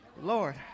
Lord